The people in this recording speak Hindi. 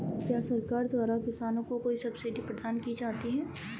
क्या सरकार द्वारा किसानों को कोई सब्सिडी प्रदान की जाती है?